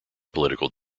political